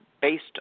based